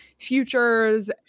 futures